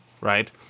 right